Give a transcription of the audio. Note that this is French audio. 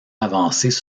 avancées